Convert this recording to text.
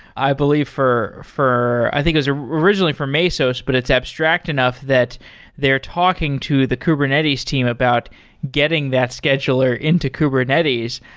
i believe for for i think it was originally for mesos, but it's abstract enough that they're talking to the kubernetes team about getting that scheduler into kubernetes.